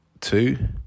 two